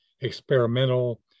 experimental